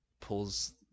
pulls